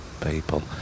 people